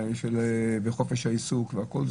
חופש העיסוק וכולי,